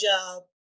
job